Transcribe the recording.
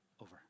over